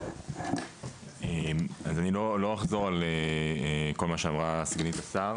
אני לא אחזור על כל מה שאמרה סגנית השר.